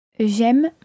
J'aime